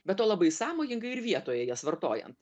be to labai sąmojingai ir vietoje jas vartojant